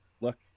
look